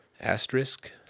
asterisk